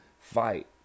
fight